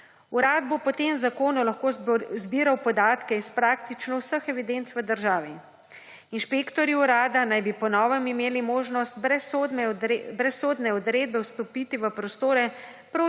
Urad bo po tem zakonu lahko zbiral podatke iz praktično vseh evidenc v državi. Inšpektorji Urada naj bi po novem imeli možnost brez sodne odredbe vstopiti v prostore proti